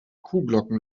kuhglocken